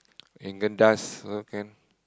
Haagen-Dazs also can